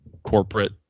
corporate